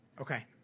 Okay